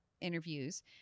interviews